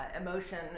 emotion